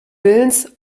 willens